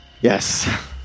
Yes